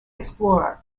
explorer